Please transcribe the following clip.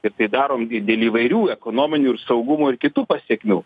ir tai darom di dėl įvairių ekonominių ir saugumo ir kitų pasekmių